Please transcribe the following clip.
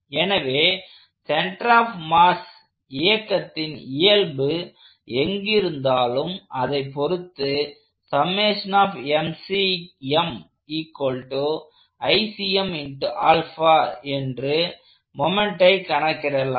எனவே center of mass இயக்கத்தின் இயல்பு எங்கிருந்தாலும் அதைப் பொருத்து என்று மொமெண்ட்டை கணக்கிடலாம்